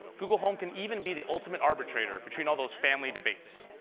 google home can even be the ultimate arbitrator between those family debates.